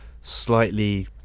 slightly